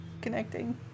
connecting